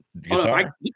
guitar